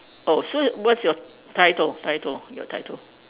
oh so what's your title title your title